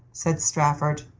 said strafford,